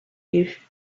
youth